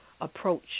approach